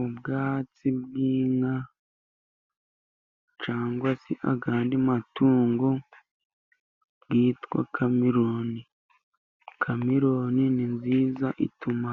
Ubwatsi bw'inka cyangwa se andi matungo , bwitwa Kamironi .Kamironi ni nziza ituma